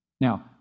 Now